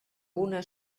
una